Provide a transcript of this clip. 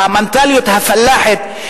המנטליות הפלאחית,